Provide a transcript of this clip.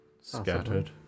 scattered